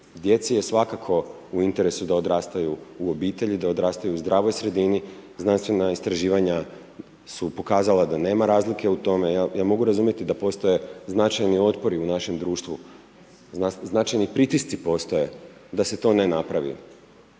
Djeci je svakako u interesu da odrastaju u obitelji, da odrastaju u zdravoj sredini. Znanstvena istraživanja su pokazala da nema razlike u tome. Ja mogu razumjeti da postoje značajni otpori u našem društvu, značajni pritisci postoje da se to ne napravi